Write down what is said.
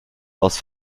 aus